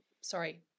sorry